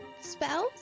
spells